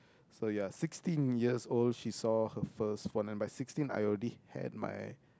so ya sixteen years old she saw her first phone by sixteen years old I already had my